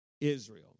Israel